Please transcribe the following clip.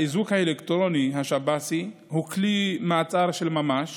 האיזוק האלקטרוני השב"סי הוא כלי מעצר של ממש